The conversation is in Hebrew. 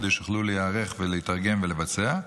כדי שיוכלו להיערך ולהתארגן ולבצע.